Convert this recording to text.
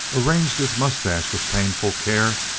arranged his mustache with painful care,